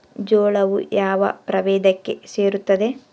ಜೋಳವು ಯಾವ ಪ್ರಭೇದಕ್ಕೆ ಸೇರುತ್ತದೆ?